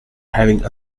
having